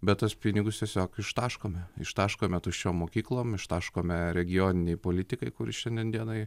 bet tuos pinigus tiesiog ištaškome ištaškome tuščiom mokyklom ištaškome regioninei politikai kuri šiandien dienai